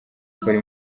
gukora